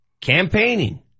campaigning